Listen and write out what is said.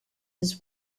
his